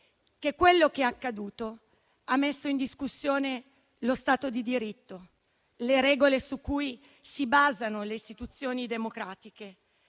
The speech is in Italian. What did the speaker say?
che quello che è accaduto ha messo in discussione lo Stato di diritto, le regole su cui si basano le istituzioni democratiche.